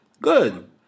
Good